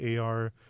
AR